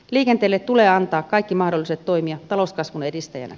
liikenteelle tulee antaa kaikki mahdollisuudet toimia talouskasvun edistäjänä